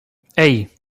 hey